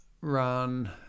run